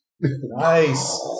Nice